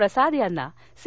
प्रसाद यांना सी